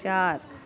चार